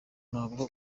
ntabwo